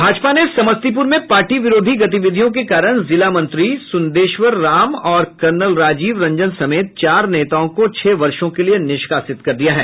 भाजपा ने समस्तीपुर में पार्टी विरोधी गतिविधियों के कारण जिला मंत्री सुन्देश्वर राम और कर्नल राजीव रंजन समेत चार नेताओं को छह वर्षो के लिए निष्कासित कर दिया है